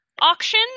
auction